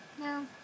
No